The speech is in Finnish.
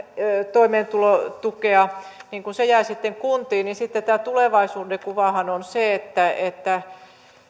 toimeentulotukea niin kun se jää kuntiin niin tämä tulevaisuudenkuvahan on se että että